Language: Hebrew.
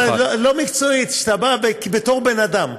לא, לא מקצועית, כשאתה בא בתור בן-אדם.